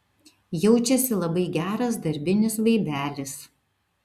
jaučiasi labai geras darbinis vaibelis